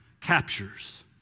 captures